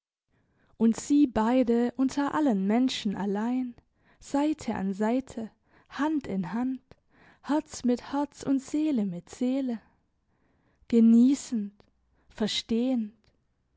und sie beide unter allen menschen allein seite an seite hand in hand herz mit herz und seele mit seele geniessend verstehend